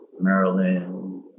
Maryland